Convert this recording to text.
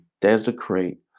desecrate